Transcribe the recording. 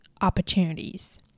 opportunities